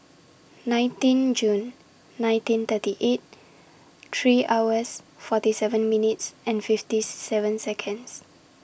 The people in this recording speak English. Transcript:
nineteen June nineteen thirty eight three hours forty seven minutes and fifty seven Seconds